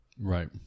Right